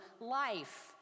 life